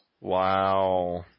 Wow